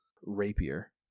rapier